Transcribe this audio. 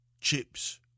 chips